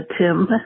Tim